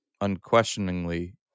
unquestioningly